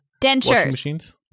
Dentures